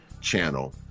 channel